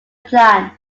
plan